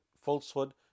Falsehood